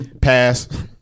pass